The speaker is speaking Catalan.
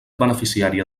beneficiària